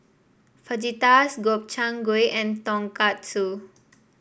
Fajitas Gobchang Gui and Tonkatsu